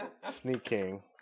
Sneaking